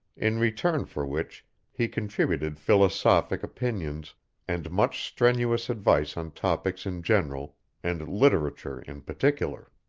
in return for which he contributed philosophic opinions and much strenuous advice on topics in general and literature in particular.